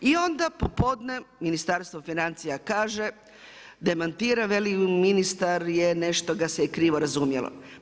I onda popodne Ministarstvo financija kaže, demantira, veli ministar, nešto ga se je krivo razumjelo.